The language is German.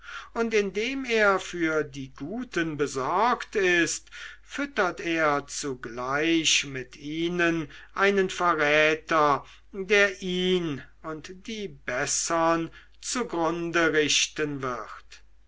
und indem er für die guten besorgt ist füttert er zugleich mit ihnen einen verräter der ihn und die bessern zugrunde richten wird